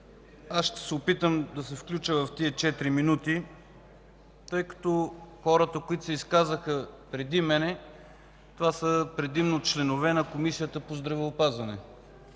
Аз ще се опитам да се включа в тези 4 минути. Хората, които се изказаха преди мен, са предимно членове на Комисията по здравеопазване.